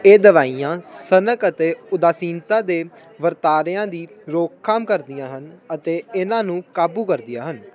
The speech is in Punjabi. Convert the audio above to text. ਇਹ ਦਵਾਈਆਂ ਸਨਕ ਅਤੇ ਉਦਾਸੀਨਤਾ ਦੇ ਵਰਤਾਰਿਆਂ ਦੀ ਰੋਕਥਾਮ ਕਰਦੀਆਂ ਹਨ ਅਤੇ ਇਹਨਾਂ ਨੂੰ ਕਾਬੂ ਕਰਦੀਆਂ ਹਨ